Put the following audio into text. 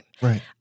Right